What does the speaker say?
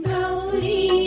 Gauri